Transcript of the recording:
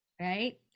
right